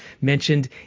mentioned